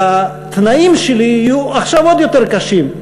והתנאים שלי יהיו עכשיו עוד יותר קשים,